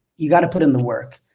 you gotta put in the work.